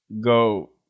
go